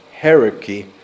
hierarchy